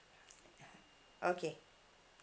okay